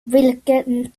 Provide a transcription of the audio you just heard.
vilken